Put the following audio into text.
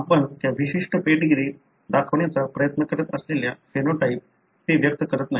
आपण त्या विशिष्ट पेडीग्रीत दाखवण्याचा प्रयत्न करत असलेल्या फेनोटाइप ते व्यक्त करत नाहीत